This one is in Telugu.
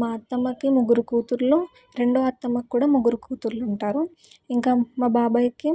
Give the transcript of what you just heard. మా అత్తమ్మకి ముగ్గురు కూతుళ్ళు రెండవ అత్తమ్మకి కూడా ముగ్గురు కూతుళ్ళు ఉంటారు ఇంకా మా బాబాయికి